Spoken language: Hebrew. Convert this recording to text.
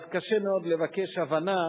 אז קשה מאוד לבקש הבנה